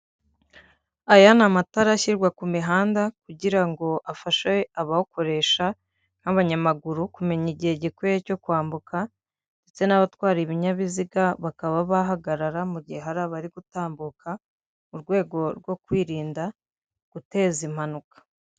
Aya ni amatara ashyirwa ku mihanda kugira ngo afashe abayakoresha nk'abanyamaguru kumenya igihe gikwiye cyo kwambuka ndetse n'abatwara ibinyabiziga bakaba bahagarara mu gihe hari abari gutambuka mu rwego rwo kwirinda guteza impanuka.